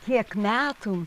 tiek metų